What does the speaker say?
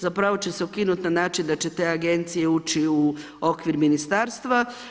Zapravo će se ukinuti, na način, da će te agencije ući u okvir ministarstva.